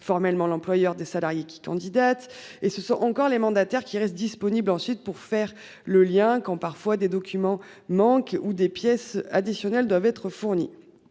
formellement l'employeur des salariés qui candidate et ce sont encore les mandataires qui reste disponible ensuite pour faire le lien quand parfois des documents manque ou des pièces additionnelles doivent être fournis.